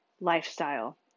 lifestyle